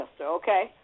okay